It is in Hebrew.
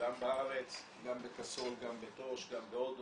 גם בארץ, גם בקסול, גם בתוש, גם בהודו,